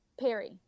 Perry